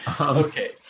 Okay